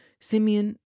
Simeon